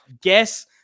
Guess